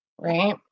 right